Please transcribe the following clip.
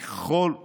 בכל המדינה,